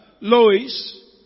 Lois